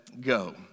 go